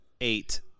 Eight